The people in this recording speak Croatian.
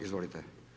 Izvolite.